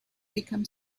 become